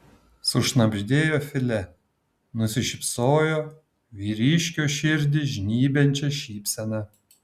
sušnabždėjo filė nusišypsojo vyriškio širdį žnybiančia šypsena